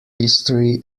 history